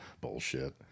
Bullshit